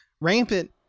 rampant